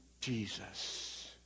Jesus